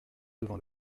devant